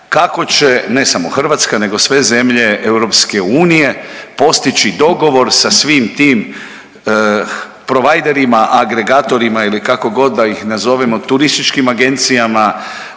kako će ne samo Hrvatska, nego sve zemlje EU postići dogovor sa svim tim providerima, agregatorima ili kako god da ih nazovemo turističkim agencijama,